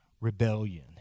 rebellion